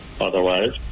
otherwise